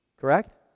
Correct